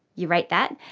you rate that.